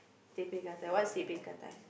teh peng lah that one is teh peng gah dai